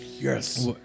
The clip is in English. Yes